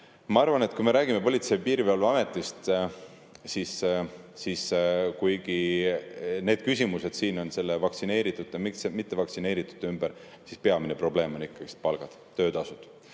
Ma arvan, et kui me räägime Politsei‑ ja Piirivalveametist, siis kuigi need küsimused siin [keerlevad] vaktsineeritute ja mittevaktsineeritute ümber, peamine probleem on ikkagi palgad, töötasud.